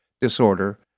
disorder